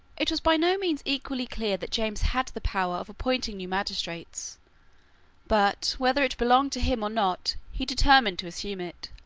it was by no means equally clear that james had the power of appointing new magistrates but, whether it belonged to him or not, he determined to assume it.